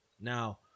Now